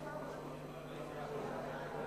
חוק ניירות ערך (תיקון